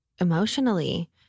emotionally